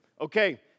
Okay